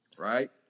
Right